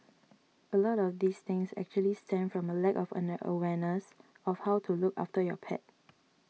a lot of these things actually stem from a lack of awareness of how to look after your pet